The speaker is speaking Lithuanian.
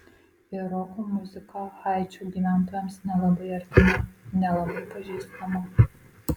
ir roko muzika haičio gyventojams nelabai artima nelabai pažįstama